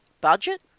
Budget